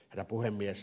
herra puhemies